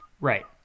Right